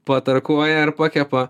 patarkuoja ir pakepa